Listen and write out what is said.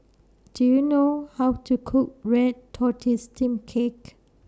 Do YOU know How to Cook Red Tortoise Steamed Cake